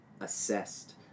assessed